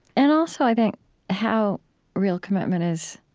and also i think how real commitment is